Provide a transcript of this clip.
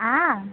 आ